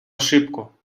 ошибку